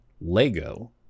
Lego